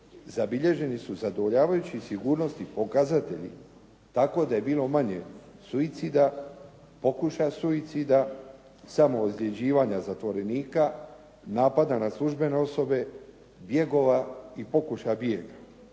zabilježeni su zadovoljavajući sigurnosni pokazatelji tako da je bilo manje suicida, pokušaja suicida, samoozljeđivanja zatvorenika, napada na službene osobe, bjegova i pokušaja bijega.